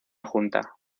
junta